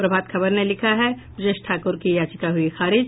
प्रभात खबर ने लिखा है ब्रजेश ठाकुर की याचिका हुयी खारिज